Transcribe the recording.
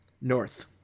North